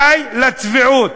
די לצביעות.